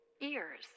ears